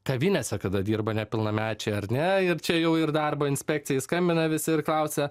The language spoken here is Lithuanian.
kavinėse kada dirba nepilnamečiai ar ne ir čia jau ir darbo inspekcijai skambina visi ir klausia